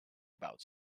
about